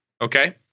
Okay